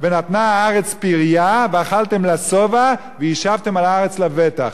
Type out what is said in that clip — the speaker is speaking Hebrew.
ונתנה הארץ פריה ואכלתם לשובע וישבתם על הארץ לבטח.